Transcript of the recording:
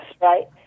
right